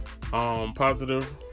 positive